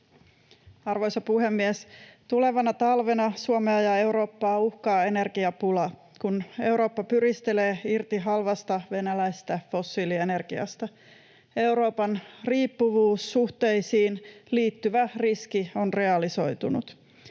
Arvoisa puhemies! Tulevana talvena Suomea ja Eurooppaa uhkaa energiapula, kun Eurooppa pyristelee irti halvasta venäläisestä fossiilienergiasta. Euroopan riippuvuussuhteisiin liittyvä riski on realisoitunut.